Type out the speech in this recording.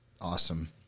Awesome